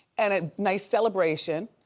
and a nice celebration.